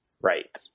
Right